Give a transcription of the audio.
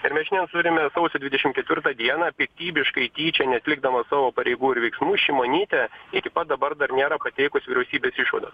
ar mes šiandien turime sausio dvidešim ketvirtą dieną piktybiškai tyčia neatlikdama savo pareigų ir veiksmų šimonytę iki pat dabar dar nėra pateikusi vyriausybės išvados